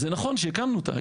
זה נכון שהקמנו אותה,